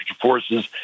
forces